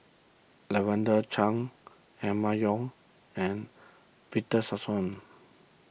Lavender Chang Emma Yong and Victor Sassoon